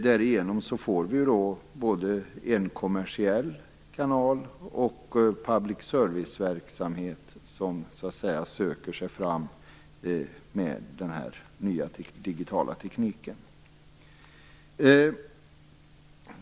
Därigenom får vi både en kommersiell kanal och public service-verksamhet som söker sig fram med den här nya digitala tekniken.